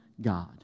God